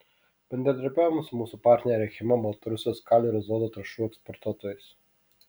bendradarbiaujame su mūsų partnere achema baltarusijos kalio ir azoto trąšų eksportuotojais